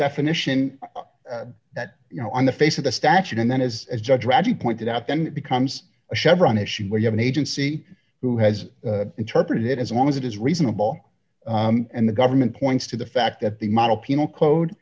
definition that you know on the face of the statute and then as a judge reggie pointed out then it becomes a chevron issue where you have an agency who has interpreted it as long as it is reasonable and the government points to the fact that the model penal code